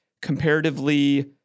comparatively –